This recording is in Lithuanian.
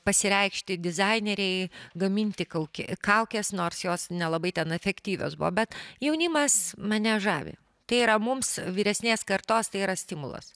pasireikšti dizaineriai gaminti kaukė kaukes nors jos nelabai ten efektyvios buvo bet jaunimas mane žavi tai yra mums vyresnės kartos tai yra stimulas